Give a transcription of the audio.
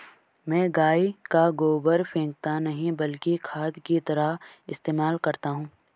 मैं गाय का गोबर फेकता नही बल्कि खाद की तरह इस्तेमाल करता हूं